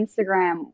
Instagram